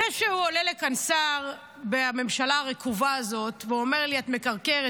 זה שעולה לכאן שר מהממשלה הרקובה הזאת ואומר לי: את מקרקרת,